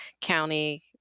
county